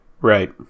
Right